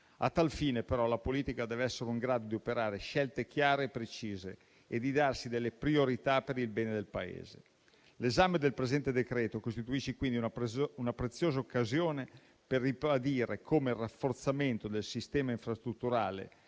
A tal fine, però, la politica deve essere in grado di operare scelte chiare e precise e di darsi delle priorità per il bene del Paese. L'esame del presente decreto-legge costituisce quindi una preziosa occasione per ribadire come il rafforzamento del sistema infrastrutturale,